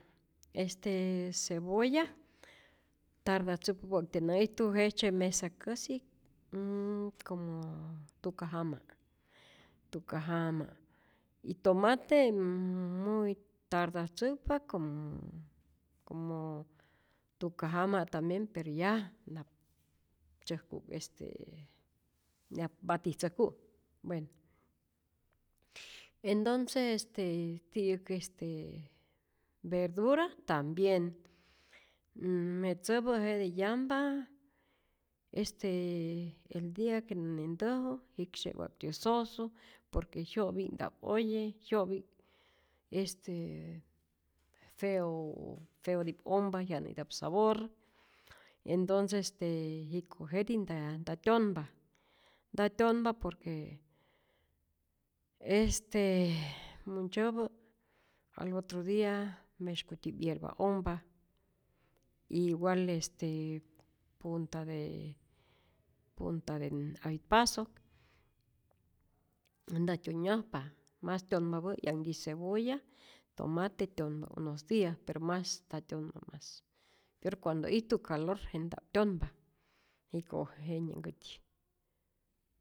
Este cebolla tardatzäkpa wa'ktyä nä'ijtu jejtzye mesakäsi como tuka jama', tuka jama' y tomate muy tardatzäkpa como como tuka jama' tambien pero ya nap tzyäjku'k este nap batitzäjku'k, bueno endonce este ti'yäk este verdura tambien, nn- je tzäpä jete yampa este el dia que nä nentäju jiksye'k wa'ktyä sosu, por que jyo'pi'k nta'p oye, jyo'pi'k este feo feoti'p ompa, jyanä'itap sabor, endonces este jiko' jetij nta nta tyonpa, nta tyonpa por que, este muntzyäpä al otro dia meskutyi'p yerba ompa, igual este punta de punta de m apitpasok nta tyonyajpa, mas tyonpapä'i 'yanhtyi cebolla, tomate tyonpa unos dias, pero mas nta tyonpa mas, peor cuando ijtu calor je ntap tyonpa jiko' jenyanhkätyi.